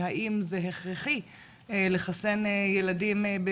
והאם זה הכרחי לחסן ילדים.